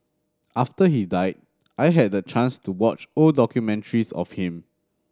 after he died I had the chance to watch old documentaries of him